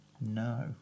No